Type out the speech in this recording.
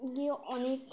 গিয়ে অনেক